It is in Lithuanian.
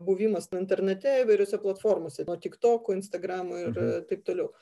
buvimas internate įvairiose platformose nuo tik toko instagramo ir taip toliau